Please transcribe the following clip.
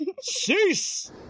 Cease